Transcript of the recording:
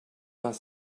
vingt